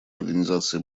организации